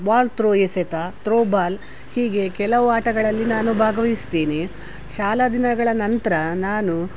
ball throw ಎಸೆತ throwball ಹೀಗೆ ಕೆಲವು ಆಟಗಳಲ್ಲಿ ನಾನು ಭಾಗವಹಿಸ್ತೇನೆ ಶಾಲಾ ದಿನಗಳ ನಂತರ ನಾನು